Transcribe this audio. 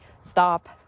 stop